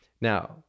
Now